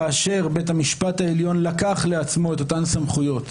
כאשר בית המשפט העליון לקח לעצמו את אותן סמכויות,